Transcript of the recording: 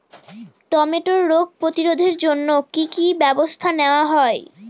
টমেটোর রোগ প্রতিরোধে জন্য কি কী ব্যবস্থা নেওয়া হয়?